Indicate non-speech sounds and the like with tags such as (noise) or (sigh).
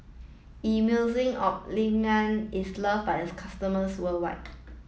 Emulsying (unintelligible) is love by its customers worldwide